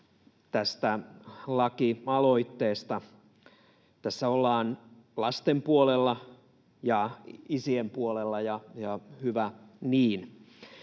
tästä lakialoitteesta. Tässä ollaan lasten puolella ja isien puolella ja hyvä niin.